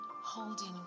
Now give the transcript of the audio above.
holding